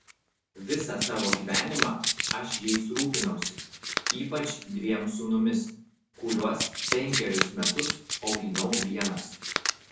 visą savo gyvenimą aš jais rūpinausi ypač dviem sūnumis kuriuos penkerius metus auginau vienas